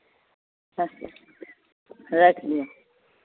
अच्छा राखि दियौ